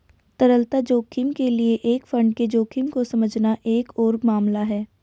तरलता जोखिम के लिए एक फंड के जोखिम को समझना एक और मामला है